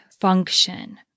function